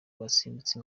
basimbutse